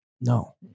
No